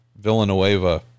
villanueva